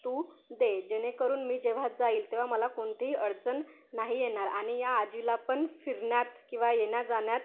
तू दे जेणेकरून मी जेव्हा जाईल तेव्हा मला कोणतीही अडचण नाही येणार आणि या आजीला पण फिरण्यात किंवा येण्याजाण्यात